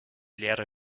leere